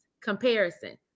comparison